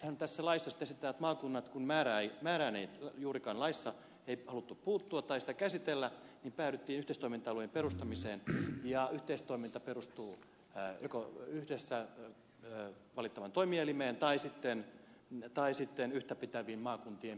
nythän tässä laissa sitten kun maakuntien määrään ei juurikaan laissa haluttu puuttua tai sitä käsitellä päädyttiin yhteistoiminta alueiden perustamiseen ja yhteistoiminta perustuu joko yhdessä valittavaan toimielimeen tai sitten yhtäpitäviin maakuntien päätöksiin